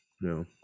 No